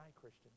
christian